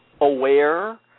aware